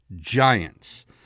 giants